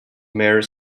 mare